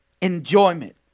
enjoyment